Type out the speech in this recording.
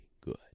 good